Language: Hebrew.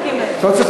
על שני החוקים האלה.